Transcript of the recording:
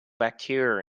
bacterial